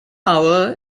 hour